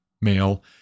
male